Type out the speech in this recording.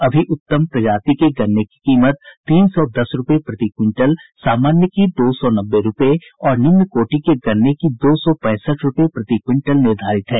अभी उत्तम प्रजाति के गन्ने की कीमत तीन सौ दस रूपये प्रति क्विंटल सामान्य की दो सौ नब्बे रूपये और निम्न कोटि के गन्ने की दो सौ पैंसठ रूपये प्रति क्विंटल निर्धारित है